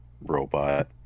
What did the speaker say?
robot